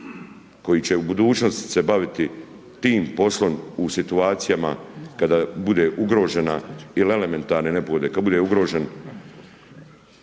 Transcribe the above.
koji će u budućnosti se baviti tim poslom u situacijama, kada bude ugrožena ili elementarne nepogode, kada bude ugrožen,